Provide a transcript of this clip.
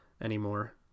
anymore